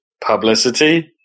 publicity